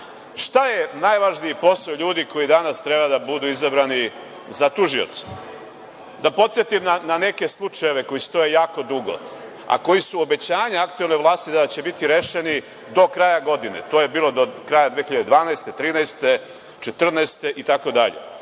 je najvažniji posao ljudi koji danas treba da budu izabrani za tužioca? Da podsetim na neke slučajeve koji stoje jako dugo, a koji su obećanja aktuelne vlasti da će biti rešeni do kraja godine, to je bilo do kraja 2012, 2013, 2014. itd,